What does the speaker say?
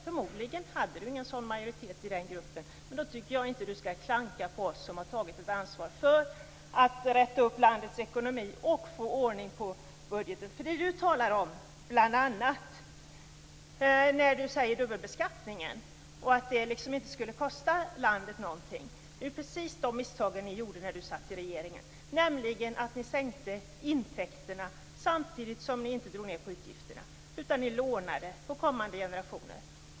Förmodligen hade han ingen sådan majoritet i den gruppen, men då tycker jag inte att han skall klanka på oss som har tagit ett ansvar för att rätta upp landets ekonomi och få ordning på budgeten. Alf Svensson talar bl.a. om dubbelbeskattningen och menar att det inte skulle kosta landet någonting att ta bort den. Det är precis de misstagen man gjorde när Alf Svensson satt i regeringen. Ni sänkte intäkterna men drog samtidigt inte ned på utgifterna. Ni lånade av kommande generationer.